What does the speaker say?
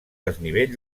desnivell